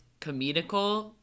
comedical